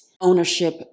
ownership